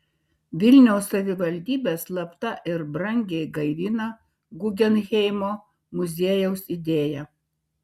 vilniaus savivaldybė slapta ir brangiai gaivina guggenheimo muziejaus idėją